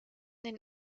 den